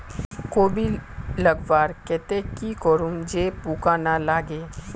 कोबी लगवार केते की करूम जे पूका ना लागे?